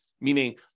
meaning